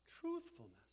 truthfulness